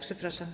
Przepraszam.